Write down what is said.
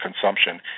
consumption